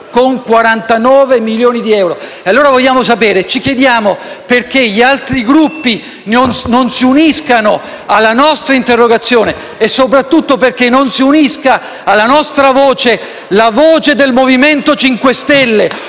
con 49 milioni di euro? Ci chiediamo perché gli altri Gruppi non si uniscano alla nostra interrogazione e soprattutto perché non si unisca, alla nostra, la voce del MoVimento 5 Stelle.